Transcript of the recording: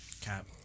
Cap